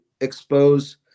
expose